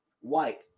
white